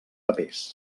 papers